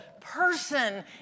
person